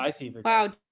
Wow